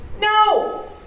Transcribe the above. No